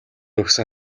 өгсөн